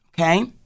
Okay